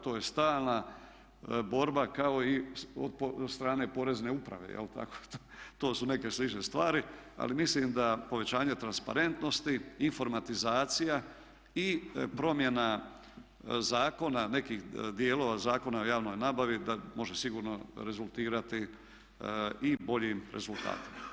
To je stalna borba kao i sa strane porezne uprave, to su neke slične stvari, ali mislim da povećanje transparentnosti, informatizacija i promjena zakona, nekih dijelova Zakona o javnoj nabavi da može sigurno rezultirati i boljim rezultatima.